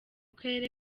karere